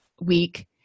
week